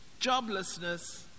joblessness